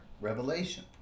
revelation